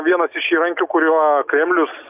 vienas iš įrankių kuriuo kremlius